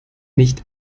nicht